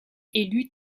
élu